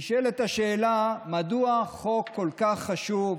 נשאלת השאלה מדוע חוק כל כך חשוב,